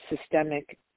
systemic